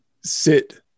sit